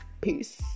peace